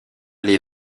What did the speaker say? les